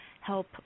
help